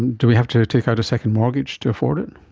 do we have to to take out a second mortgage to afford it?